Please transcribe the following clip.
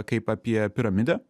kaip apie piramidę